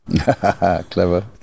clever